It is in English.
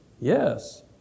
Yes